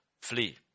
Flee